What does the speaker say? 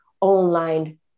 online